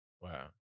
Wow